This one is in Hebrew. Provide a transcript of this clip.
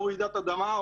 או רעידת אדמה,